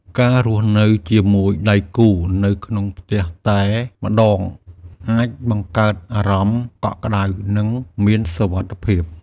ការរស់នៅជាមួយដៃគូនៅក្នុងផ្ទះតែម្ដងអាចបង្កើតអារម្មណ៍កក់ក្តៅ និងមានសុវត្ថិភាព។